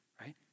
right